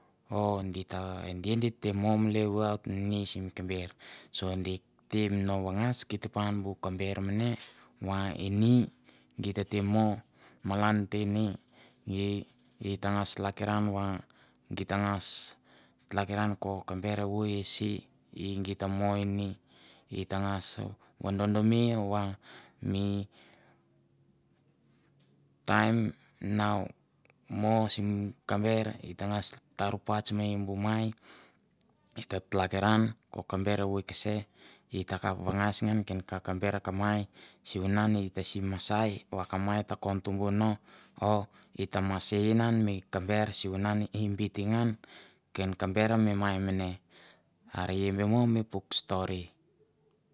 O di ta e di te warmly. so di tem no va ngas kitpan an bu kamber mane va ini geit tete mo malan te ni it a ngas tlakiran va geit ta ngas ko kamber evoi ese e i geit na mo ini. ita ngas vododome va mi taim nau mo simi kamber it a ngas tour pats me lou mai i ta tlakiran ko kamber evoi kase. ita kap va ngais ngan ken kamber ka mai. sivunan it a si masai va ka mai ta kontubu no o ita masen inan mi kamber i biti ngan. ken kamber mi mai mane. Are i be mo puk stori.